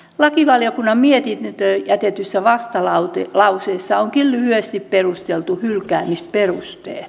lakivaliokunnan mietintöön jätetyssä vastalauseessa onkin lyhyesti perusteltu hylkäämisperusteet